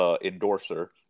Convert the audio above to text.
endorser